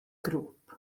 grŵp